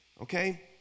Okay